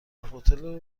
هتل